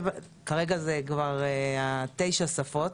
כרגע זה כבר תשע שפות,